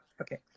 Okay